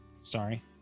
sorry